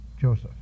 Joseph